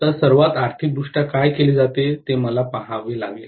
तर सर्वात आर्थिकदृष्ट्या काय केले जाते ते मला पहावे लागेल